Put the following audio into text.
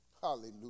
Hallelujah